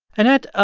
annette, ah